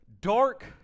dark